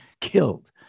killed